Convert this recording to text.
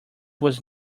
was